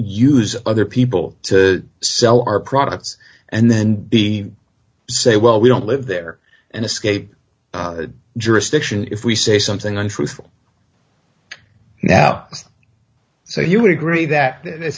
use other people to sell our products and then he say well we don't live there and escape jurisdiction if we say something untruthful now so you would agree that